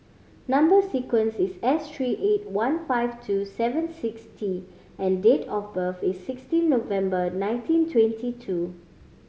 number sequence is S three eight one five two seven six T and date of birth is sixteen November nineteen twenty two